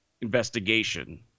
investigation